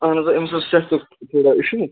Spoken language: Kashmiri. اہن حظ آ أمِس اوس صحتُک تھوڑا اِشوٗ